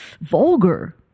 vulgar